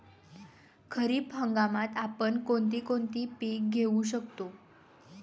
खरीप हंगामात आपण कोणती कोणती पीक घेऊ शकतो?